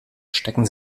stecken